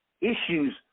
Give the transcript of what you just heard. Issues